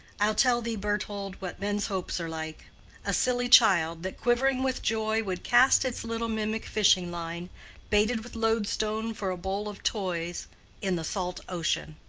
i'll tell thee, berthold, what men's hopes are like a silly child that, quivering with joy, would cast its little mimic fishing-line baited with loadstone for a bowl of toys in the salt ocean.